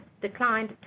declined